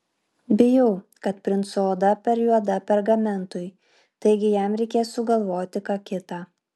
bijau kad princo oda per juoda pergamentui taigi jam reikės sugalvoti ką kita